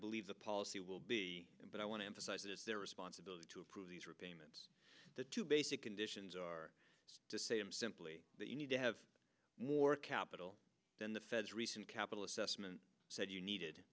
believe the policy will be but i want to emphasize it is their responsibility to approve these repayments to basic conditions are to say i'm simply that you need to have more capital than the feds recent capital assessment said you needed